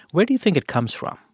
where do you think it comes from?